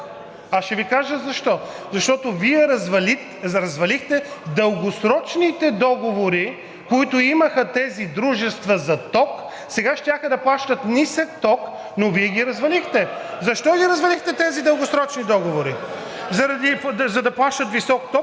Аз ще Ви кажа защо. Защото Вие развалихте дългосрочните договори, които имаха тези дружества за ток. Сега щяха да плащат нисък ток, но Вие ги развалихте. (Силен шум и реплики от ГЕРБ-СДС.) Защо ги развалихте тези дългосрочни договори? За да плащат висок ток.